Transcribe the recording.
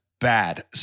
bad